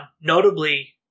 Notably